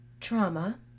Trauma